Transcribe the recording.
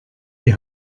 die